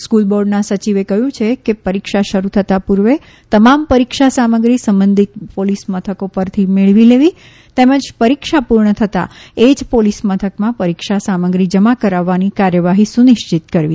સ્ક્રલ બોર્ડના સચિવે કહ્યું છે કે પરીક્ષા શરૂ થતાં પૂર્વ તમામ પરીક્ષા સામગ્રી સંબંધિત પોલીસ મથકો પરથી મેળવી લેવી તેમજ પરીક્ષા પૂર્ણ થતાં એ જ પોલીસ મથકમાં પરીક્ષા સામગ્રી જમા કરાવવાની કાર્યવાહી સુનિશ્ચિત કરવી